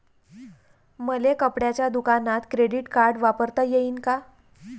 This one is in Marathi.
मले कपड्याच्या दुकानात क्रेडिट कार्ड वापरता येईन का?